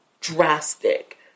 drastic